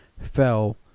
fell